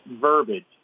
verbiage